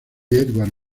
edward